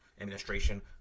Administration